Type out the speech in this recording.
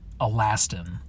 elastin